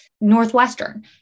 Northwestern